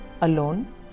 alone